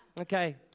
Okay